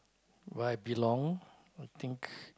where I belong I think